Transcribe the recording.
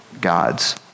God's